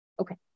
okay